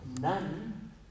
none